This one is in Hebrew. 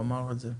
הוא אמר את זה.